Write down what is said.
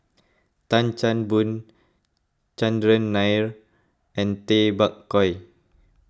Tan Chan Boon Chandran Nair and Tay Bak Koi